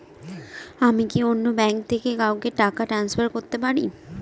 আমি কি অন্য ব্যাঙ্ক থেকে কাউকে টাকা ট্রান্সফার করতে পারি?